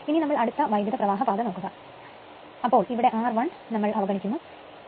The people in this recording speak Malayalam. ഇനി നമ്മൾ അടുത്ത വൈദ്യുതപ്രവാഹപാത നോക്കുക ആണെങ്കിൽ ഇവിടെ Ri അവഗണിക്കപ്പെട്ടിരിക്കുന്നു